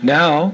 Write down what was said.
now